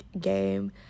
game